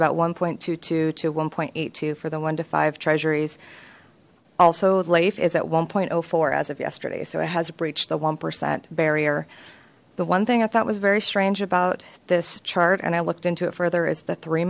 about one point two two to one point eight to four the one to five treasuries also life is at one point zero four as of yesterday so it has breached the one percent barrier the one thing that that was very strange about this chart and i looked into it further as the three